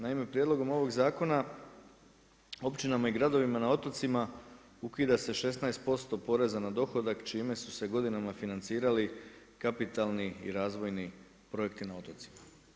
Naime, prijedlogom ovog zakona općinama i gradovima na otocima ukida se 16% poreza na dohodak čime su se godinama financirali kapitalni i razvojni projekti na otocima.